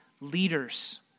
leaders